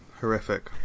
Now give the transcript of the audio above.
horrific